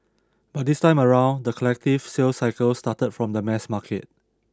but this time around the collective sales cycle started from the mass market